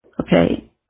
okay